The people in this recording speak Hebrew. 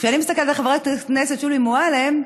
וכשאני מסתכלת על חברת הכנסת שולי מועלם,